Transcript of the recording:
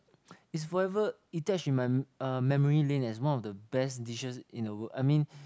is forever attached in my uh memory lane as one of the best dishes in the world I mean